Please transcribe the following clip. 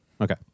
Okay